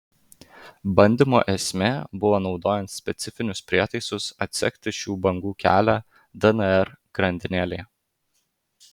bandymo esmė buvo naudojant specifinius prietaisus atsekti šių bangų kelią dnr grandinėlėje